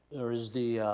or is the